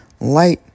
Light